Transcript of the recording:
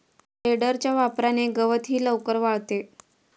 टेडरच्या वापराने गवतही लवकर वाळते